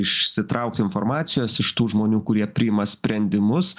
išsitraukti informacijos iš tų žmonių kurie priima sprendimus